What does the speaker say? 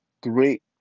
great